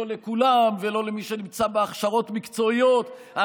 לא לכולם ולא למי שנמצא בהכשרות מקצועיות.